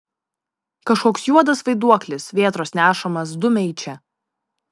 kažkoks juodas vaiduoklis vėtros nešamas dumia į čia